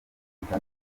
muzika